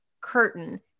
curtain